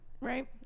Right